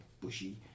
bushy